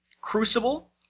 Crucible